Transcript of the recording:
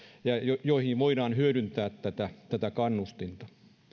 ja joihin voidaan hyödyntää tätä tätä kannustinta